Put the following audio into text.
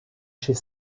chez